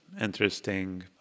interesting